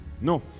no